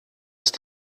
ist